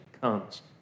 comes